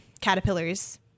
caterpillars